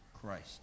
Christ